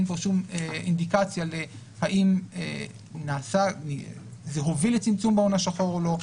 אין פה שום אינדיקציה אם זה הוביל לצמצום ההון השחור או לא.